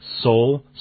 Soul